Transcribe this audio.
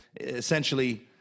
essentially